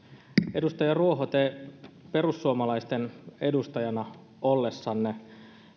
edustaja ruoho te perussuomalaisten edustajana ollessanne